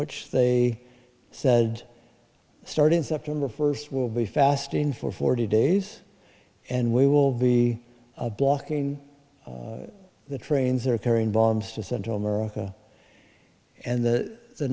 which they said starting september first will be fasting for forty days and we will be blocking the trains are carrying bombs to central america and the